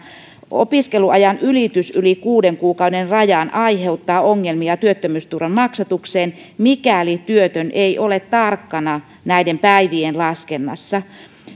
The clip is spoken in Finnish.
opiskeluajan ylitys yli kuuden kuukauden rajan aiheuttaa ongelmia työttömyysturvan maksatukseen mikäli työtön ei ole tarkkana näiden päivien laskennassa